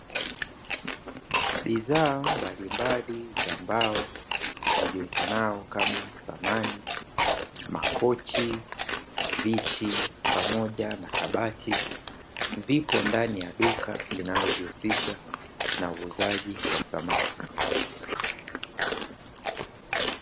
Bidhaa mbalimbali za mbao lijulikanalo kama samani, makochi, viti pamoja na makabati vipo ndani ya duka linalojihusisha na uuzaji wa samani.